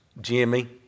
Jimmy